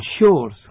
ensures